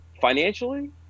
financially